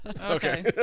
Okay